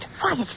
Quiet